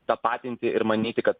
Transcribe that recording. tapatinti ir manyti kad